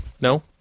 no